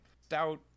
stout